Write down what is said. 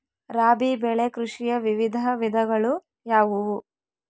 ರಾಬಿ ಬೆಳೆ ಕೃಷಿಯ ವಿವಿಧ ವಿಧಗಳು ಯಾವುವು?